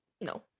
No